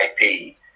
IP